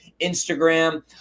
instagram